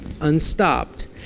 unstopped